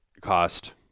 cost